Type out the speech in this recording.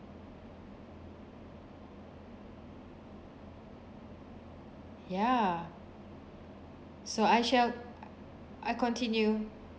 ya so I shall I continue